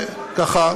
ככה,